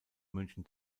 münchen